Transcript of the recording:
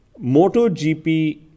MotoGP